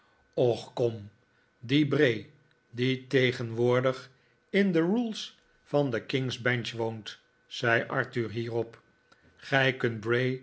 och kom die bray die tegenwoordig in de rules van de king's bench woont zei arthur hierop gij kunt